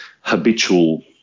habitual